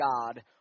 God